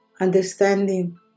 understanding